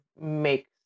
make